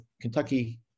Kentucky